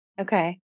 Okay